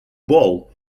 bull